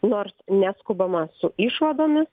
nors neskubama su išvadomis